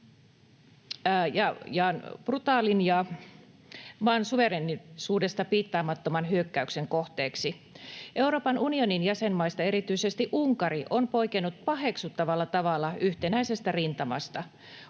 brutaalin ja maan suvereenisuudesta piittaamattoman hyökkäyksen kohteeksi. Euroopan unionin jäsenmaista erityisesti Unkari on poikennut paheksuttavalla tavalla yhtenäisestä rintamasta.